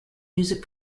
music